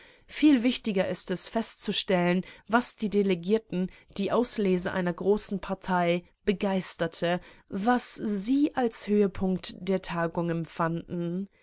viel wichtiger ist es festzustellen was die delegierten die auslese einer großen partei begeisterte was sie als höhepunkt der tagung empfanden